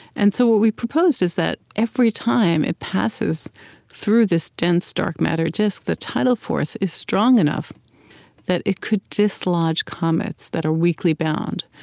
and so what we proposed is that every time it passes through this dense, dark matter, just the tidal force is strong enough that it could dislodge comets that are weakly bound.